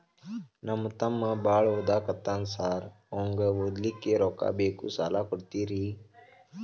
ನಮ್ಮ ತಮ್ಮ ಬಾಳ ಓದಾಕತ್ತನ ಸಾರ್ ಅವಂಗ ಓದ್ಲಿಕ್ಕೆ ರೊಕ್ಕ ಬೇಕು ಸಾಲ ಕೊಡ್ತೇರಿ?